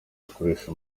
gukoresha